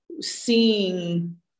seeing